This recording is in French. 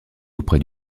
auprès